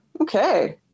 Okay